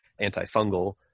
antifungal